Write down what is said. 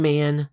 Man